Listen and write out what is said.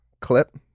clip